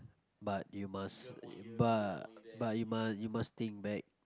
but you must but but you must you must think back